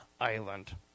island